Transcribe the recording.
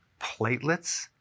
platelets